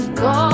go